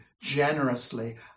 generously